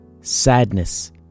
sadness